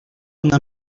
una